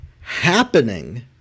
happening